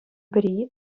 пӗри